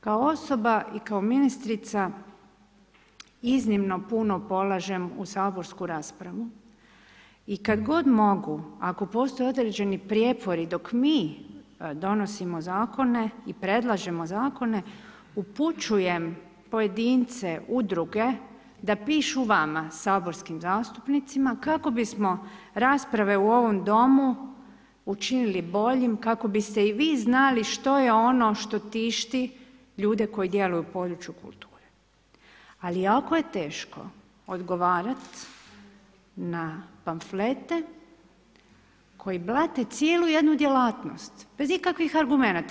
Kao osoba i kao ministrica iznimno puno polažem u saborsku raspravu i kad god mogu, ako postoji određeni prijepori dok mi donosimo zakone i predlažemo zakone, upućujem pojedince, udruge da pišu vama saborskim zastupnicima kako bismo rasprave u ovom domu učinili boljim, kako biste i vi znali što je ono što tišti ljude koji djeluju u području kulture, ali jako je teško odgovarat na pamflete koji blate cijelu jedu djelatnost bez ikakvih argumenata.